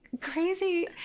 crazy